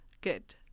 good